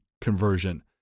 conversion